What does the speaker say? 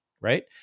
right